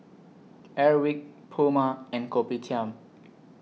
Airwick Puma and Kopitiam